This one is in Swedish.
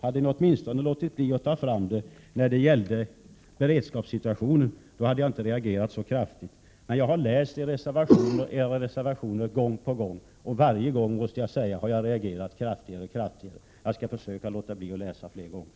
Hade ni åtminstone låtit bli att ta med beredskapssituationen som argument hade jag inte reagerat så kraftigt. Jag har läst era reservationer gång på gång och varje gång har jag, det måste jag säga, reagerat kraftigare. Jag skall försöka att låta bli att läsa fler gånger.